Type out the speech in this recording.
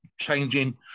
changing